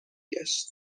گشت